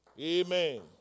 Amen